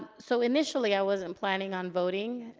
so initially, i wasn't planning on voting.